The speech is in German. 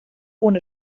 ohne